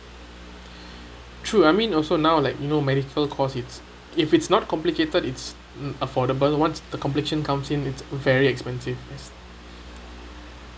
true I mean also now like you know medical cost it's if it's not complicated it's affordable once the complication comes in it's very expensive